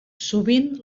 sovint